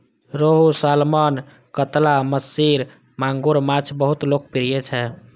रोहू, सालमन, कतला, महसीर, मांगुर माछ बहुत लोकप्रिय छै